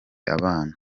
abana